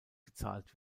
gezahlt